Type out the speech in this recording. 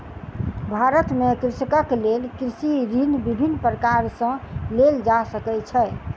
भारत में कृषकक लेल कृषि ऋण विभिन्न प्रकार सॅ लेल जा सकै छै